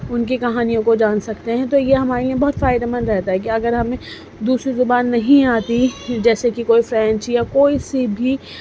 ان کی کہانیوں کو جان سکتے ہیں تو یہ ہمارے لیے بہت فائدہ مند رہتا ہے کہ اگر ہمیں دوسری زبان نہیں آتی جیسے کہ کوئی فرینچی یا کوئی سی بھی